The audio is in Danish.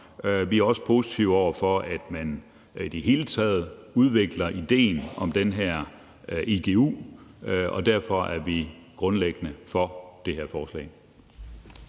vi er også positive over for, at man i det hele taget udvikler idéen om den her igu, og derfor er vi grundlæggende for det her forslag.